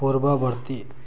ପୂର୍ବବର୍ତ୍ତୀ